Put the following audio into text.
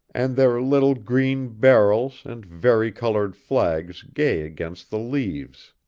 and their little green barrels and vari-colored flags gay against the leaves.